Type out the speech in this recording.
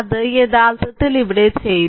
അത് യഥാർത്ഥത്തിൽ ഇവിടെ ചെയ്തു